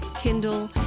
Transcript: Kindle